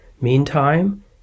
Meantime